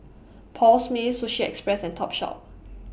Paul Smith Sushi Express and Topshop